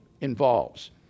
involves